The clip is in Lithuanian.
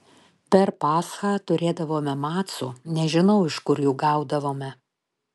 per paschą turėdavome macų nežinau iš kur jų gaudavome